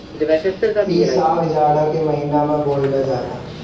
इ साग जाड़ा के महिना में बोअल जाला